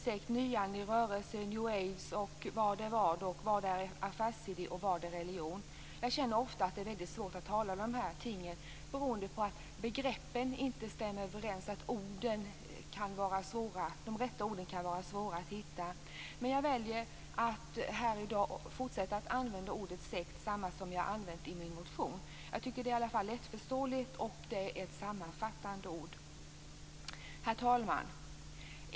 Age - vad är vad, och vad är affärsidé och vad är religion? Jag känner ofta att det är mycket svårt att tala om dessa ting beroende på att begreppen inte stämmer överens, att de rätta orden kan vara svåra att hitta. Men jag väljer att här i dag fortsätta att använda ordet sekt, som jag också har använt i min motion. Jag tycker att det är lättförståeligt och ett sammanfattande ord. Herr talman!